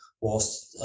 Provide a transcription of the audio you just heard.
Whilst